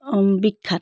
বিখ্যাত